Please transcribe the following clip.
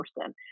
person